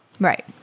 right